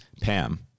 Pam